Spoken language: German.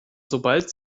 sobald